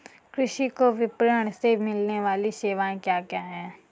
कृषि को विपणन से मिलने वाली सेवाएँ क्या क्या है